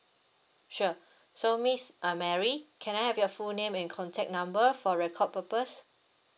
sure so miss uh mary can I have your full name and contact number for record purpose